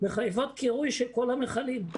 מחייבות קירוי של כל המכלים.